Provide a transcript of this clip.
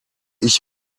ich